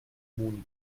moni